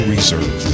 Reserve